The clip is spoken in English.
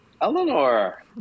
Eleanor